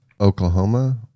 oklahoma